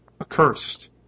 accursed